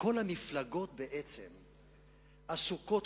וכל המפלגות בעצם עסוקות,